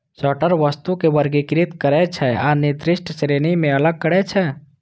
sorter वस्तु कें वर्गीकृत करै छै आ निर्दिष्ट श्रेणी मे अलग करै छै